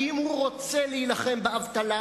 אם הוא רוצה להילחם באבטלה,